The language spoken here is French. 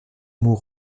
mots